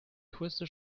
größte